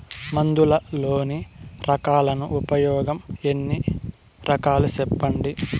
మందులలోని రకాలను ఉపయోగం ఎన్ని రకాలు? సెప్పండి?